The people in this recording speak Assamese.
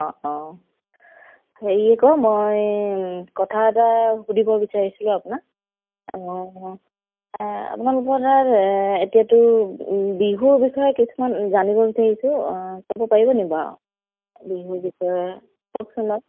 অঁ অঁ হেৰি আকৌ মই কথা এটা সুধিব বিচাৰিছিলোঁ আপোনাক অঁ আপোনালোকৰ তাত এতিয়াতো বিহুৰ বিষয়ে কিছুমান জানিব বিচাৰিছোঁ ক'ব পাৰিবনি বাৰু বিহুৰ বিষয়ে কওকচোন বাৰু